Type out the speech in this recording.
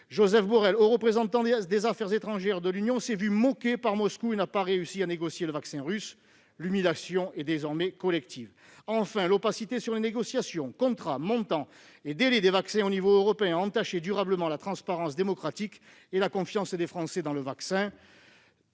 Josep Borell, haut représentant de l'Union européenne, s'est vu moqué par Moscou et n'a pas réussi à négocier le vaccin russe. L'humiliation est désormais collective. Enfin, l'opacité sur les négociations- contrats, montants et délais -au niveau européen a entaché durablement la transparence démocratique et la confiance des Français dans le vaccin.